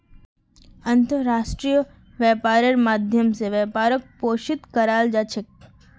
अन्तर्राष्ट्रीय व्यापारेर माध्यम स व्यापारक पोषित कराल जा छेक